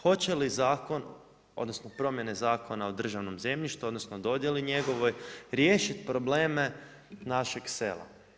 Hoće li zakon odnosno promjene Zakona o državnom zemljištu odnosno dodjeli njegovoj, riješiti probleme našeg sela?